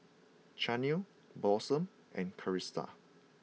Chaney Blossom and Krista